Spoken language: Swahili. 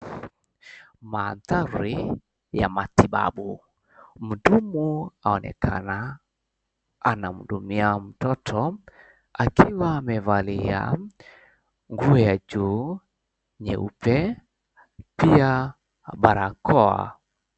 Mandhari ya matibabu. Mhudumu aonekana anamhudumia mtoto akiwa amevalia nguo ya juu nyeupe, pia barakoa.